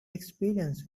experience